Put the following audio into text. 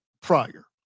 prior